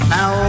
Now